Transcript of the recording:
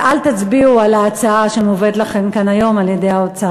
ואל תצביעו על ההצעה שמובאת לכם כאן היום על-ידי האוצר.